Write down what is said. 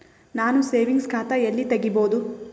ನಾನು ಸೇವಿಂಗ್ಸ್ ಖಾತಾ ಎಲ್ಲಿ ತಗಿಬೋದು?